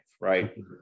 right